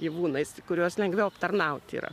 gyvūnais kuriuos lengviau aptarnauti yra